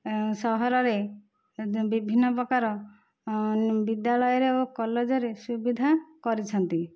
ସହରରେ ବିଭିନ୍ନ ପ୍ରକାର ବିଦ୍ୟାଳୟରେ ଏବଂ କଲେଜରେ ସୁବିଧା କରିଛନ୍ତି